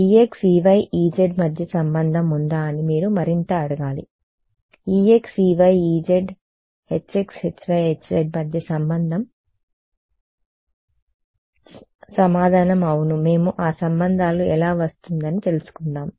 ex ey ez మధ్య సంబంధం ఉందా అని మీరు మరింత అడగాలి ex ey ez h x hy hz మధ్య సంబంధం సమాధానం అవును మేము ఆ సంబంధాలు ఎలా వస్తుందని తెలుసుకుందాం